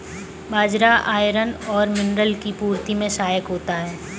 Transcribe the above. बाजरा iron और mineral की पूर्ति में सहायक होता है